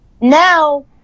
Now